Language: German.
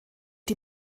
die